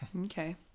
Okay